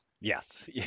Yes